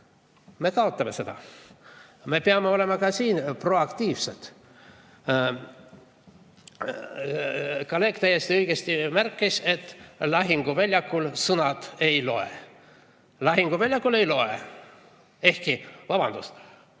seda kaotamas. Me peame olema ka siin proaktiivsed. Kolleeg täiesti õigesti märkis, et lahinguväljal sõnad ei loe. Lahinguväljal ei loe, ehkki, vabandust,